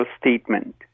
statement